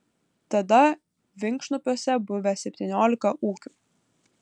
tada vinkšnupiuose buvę septyniolika ūkių